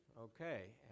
okay